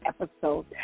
episode